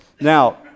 Now